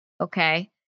okay